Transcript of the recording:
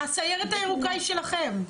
הסיירת הירוקה היא שלכם.